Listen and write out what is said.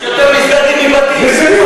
יש יותר מסגדים מבתים.